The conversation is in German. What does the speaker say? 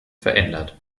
verändert